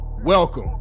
Welcome